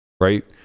right